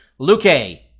Luque